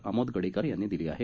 आमोद गडीकर यांनी दिली आहे